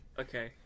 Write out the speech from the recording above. Okay